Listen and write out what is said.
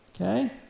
okay